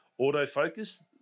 autofocus